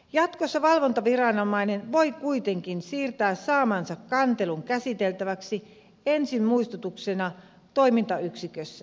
jatkossa valvontaviranomainen voi kuitenkin siirtää saamansa kantelun käsiteltäväksi ensin muistutuksena toimintayksikössä